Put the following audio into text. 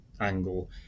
angle